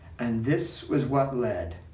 and this was what led